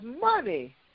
money